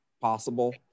possible